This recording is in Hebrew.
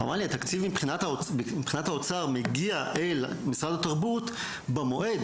והוא אמר לי שהתקציב מבחינת האוצר מגיע אל משרד התרבות במועד,